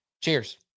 Cheers